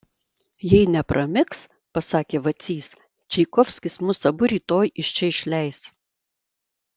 jei nepramigs pasakė vacys čaikovskis mus abu rytoj iš čia išleis